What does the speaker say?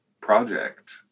project